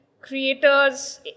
creators